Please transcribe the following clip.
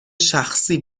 شخصی